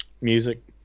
music